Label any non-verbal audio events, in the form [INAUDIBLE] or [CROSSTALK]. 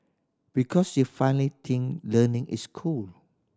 because you finally [UNINTELLIGIBLE] learning is cool